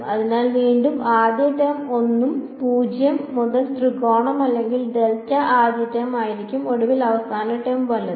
അതിനാൽ വീണ്ടും ആദ്യ ടേം 1 0 മുതൽ ത്രികോണം അല്ലെങ്കിൽ ഡെൽറ്റ ആദ്യ ടേം ആയിരിക്കും ഒടുവിൽ അവസാന ടേം വലത്